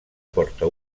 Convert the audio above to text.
porta